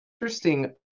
interesting